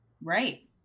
Right